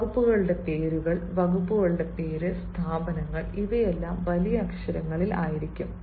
വകുപ്പുകളുടെ പേരുകൾ വകുപ്പുകളുടെ പേര് സ്ഥാപനങ്ങൾ ഇവയെല്ലാം വലിയ അക്ഷരങ്ങളിൽ ആയിരിക്കും